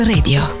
Radio